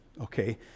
okay